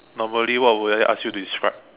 normally what would I ask you to describe